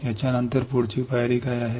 पुढील पायरी पुढील पायरी काय आहे